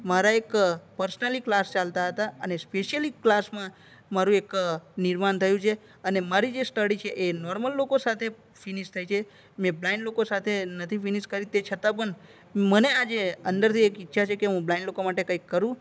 મારા એક personally class ચાલતા હતા અને સ્પેશિયલી ક્લાસમાં મારું એક નિર્માણ થયું છે મારી જે સ્ટડી છે એ નોર્મલ લોકોની સાથે ફિનિશ થઈ છે મેન બ્લાઇન્ડ લોકો સાથે નથી ફિનિશ કરી તે છતાં પણ મને આજે અંદરથી એક ઈચ્છા છે કે હું બ્લાઇન્ડ લોકો માટે કંઈ કરું